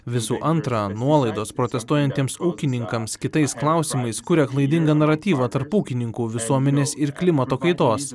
visų antra nuolaidos protestuojantiems ūkininkams kitais klausimais kuria klaidingą naratyvą tarp ūkininkų visuomenės ir klimato kaitos